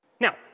Now